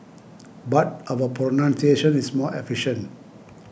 but our pronunciation is more efficient